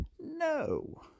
No